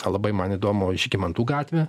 labai man įdomu žygimantų gatvė